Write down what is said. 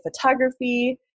photography